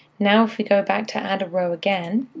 now if we go back to add a row again,